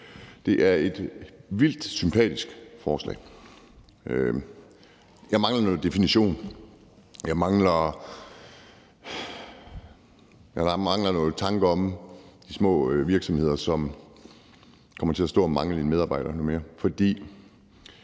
Det er et vildt sympatisk forslag. Jeg mangler noget definition. Jeg mangler nogle tanker om de små virksomheder, som kommer til at stå og mangle en medarbejder endnu mere.